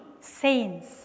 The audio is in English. saints